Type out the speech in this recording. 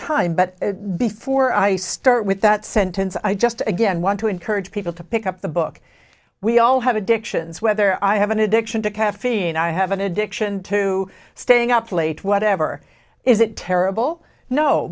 time but before i start with that sentence i just again want to encourage people to pick up the book we all have addictions whether i have an addiction to caffeine i have an addiction to staying up late whatever is it terrible no